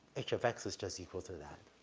h of x is just equal to that.